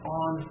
on